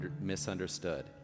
misunderstood